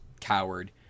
coward